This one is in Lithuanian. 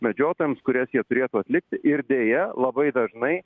medžiotojams kurias jie turėtų atlikti ir deja labai dažnai